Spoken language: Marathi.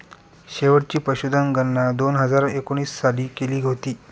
शेवटची पशुधन गणना दोन हजार एकोणीस साली केली होती